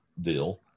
deal